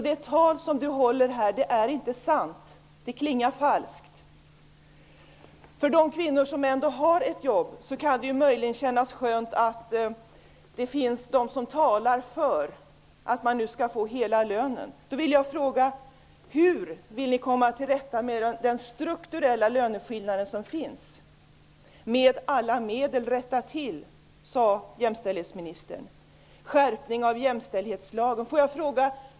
Det tal som Bengt Westerberg håller är inte sanningsenligt. Det klingar falskt. För de kvinnor som ändå har ett jobb kan det möjligen kännas skönt att det finns de som talar för att kvinnor skall få ''hela lönen''. Jag vill fråga hur ni vill komma till rätta med den strukturella löneskillnad som finns. Jämställdhetsministern sade att han vill rätta till situationen med alla medel. Han talade om en skärpning av jämställdhetslagen.